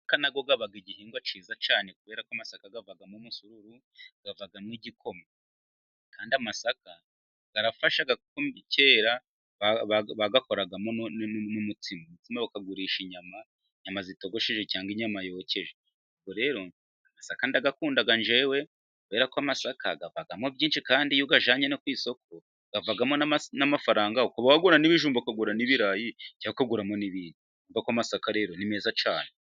Amasaka nayo aba igihingwa kiza cyane， kubera ko amasaka avamo umusururu， avamo igikoma，kandi amasaka arafasha kuko kera bayakoragamo n'umutsima，bakawurisha inyama. Inyama zitogosheje cyangwa inyama yokeje，ubwo rero amasaka ndayakunda njyewe， kubera ko amasaka avamo byinshi，kandi iyo uyajyanye no ku isoko，avamo n'amafaranga，ukaba wagura n'ibijumba，ukaguramo n'ibirayi，cyangwa ukuguramo n’ibindi. Urumva ko amasaka rero ni meza cyane.